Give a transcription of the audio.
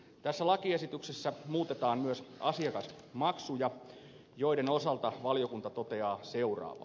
tässä lakiesityksessä muutetaan myös asiakasmaksuja joiden osalta valiokunta toteaa seuraavaa